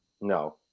no